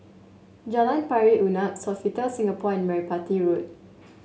Jalan Pari Unak Sofitel Singapore and Merpati Road